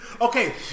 okay